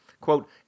quote